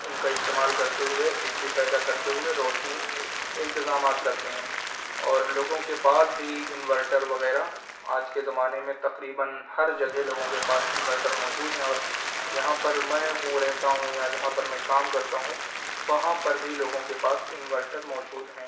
ان کا استعمال کرتے ہوئے بجلی پیدا کرتے ہوئے روشنی کے انتظامات کرتے ہیں اور لوگوں کے پاس بھی انورٹر وغیرہ آج کے زمانے میں تقریباََ ہر جگہ لوگوں کے پاس انورٹر موجود ہیں اور یہاں پر میں ہوں رہتا ہوں یا جہاں پر میں کام کرتا ہوں وہاں پر بھی لوگوں کے پاس انورٹر موجود ہیں